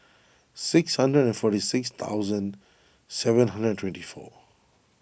six hundred and forty six thousand seven hundred and twenty four